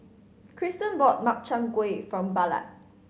Kristen bought Makchang Gui for Ballard